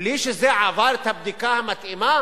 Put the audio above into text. בלי שזה עבר את הבדיקה המתאימה?